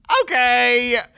Okay